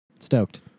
stoked